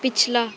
ਪਿਛਲਾ